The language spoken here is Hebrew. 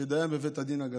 כדיין בבית הדין הגדול.